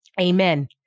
Amen